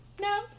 no